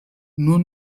nur